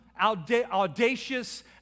audacious